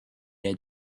had